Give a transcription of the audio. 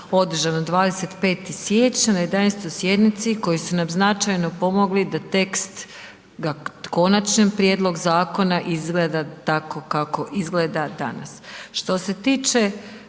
održanog 25. siječnja na 11. sjednici koji su nam značajno pomogli da tekst konačnog prijedloga zakona izgleda tako kako izgleda danas. Što se tiče